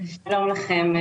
שלום לכם.